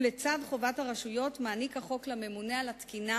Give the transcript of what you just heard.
ולצד חובת הרשויות מעניק החוק לממונה על התקינה